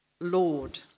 Lord